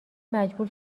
مجبور